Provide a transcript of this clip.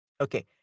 Okay